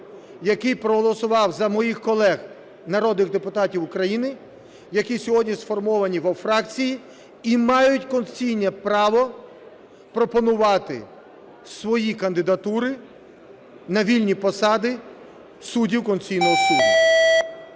який проголосував за моїх колег - народних депутатів України, які сьогодні сформовані у фракції і мають конституційне право пропонувати свої кандидатури на вільні посади суддів Конституційного Суду.